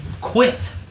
quit